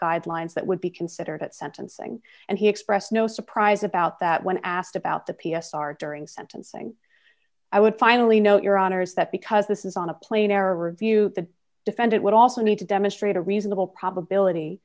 guidelines that would be considered at sentencing and he expressed no surprise about that when asked about the p s r during sentencing i would finally note your honor is that because this is on a plane error review the defendant would also need to demonstrate a reasonable probability